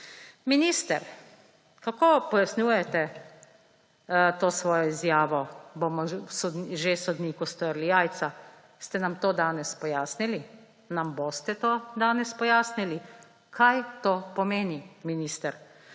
Minister, kako pojasnjujete to svojo izjavo, »bomo že sodniku strli jajca«? Ste nam to danes pojasnili? Nam boste to danes pojasnili? Kaj to pomeni, minister?